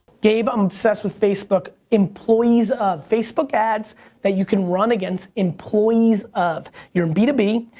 gabe. i'm obsessed with facebook employees of facebook ads that you can run against employees of your and b two b.